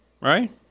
Right